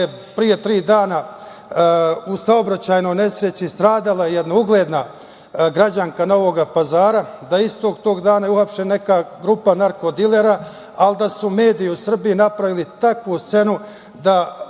pre tri dana u saobraćajnoj nesreći stradala jedna ugledna građanka Novog Pazara, da je istog tog dana uhapšena neka grupa narko dilera, ali da su mediji u Srbiji napravili takvu scenu, da